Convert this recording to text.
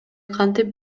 кантип